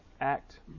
act